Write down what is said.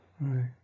right